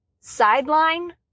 Sideline